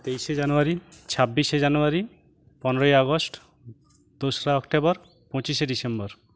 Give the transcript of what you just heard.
তেইশে জানুয়ারি ছাব্বিশে জানুয়ারি পনেরোই আগস্ট দোসরা অক্টোবর পঁচিশে ডিসেম্বর